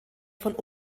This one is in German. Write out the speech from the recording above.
von